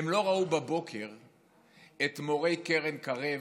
הם לא ראו בבוקר את מורי קרן קרב,